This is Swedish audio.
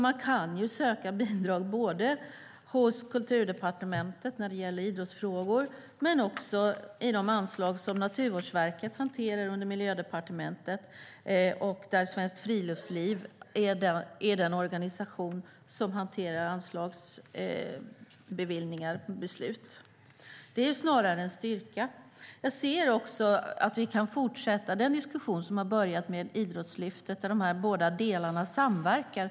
Man kan ju söka bidrag hos Kulturdepartementet när det gäller idrottsfrågor, men också inom de anslag som Naturvårdsverket hanterar under Miljödepartementet, där Svenskt Friluftsliv är den organisation som beviljar anslag och fattar beslut. Det är snarare en styrka. Jag ser också att vi kan fortsätta den diskussion som har inletts med Idrottslyftet, där dessa båda delar samverkar.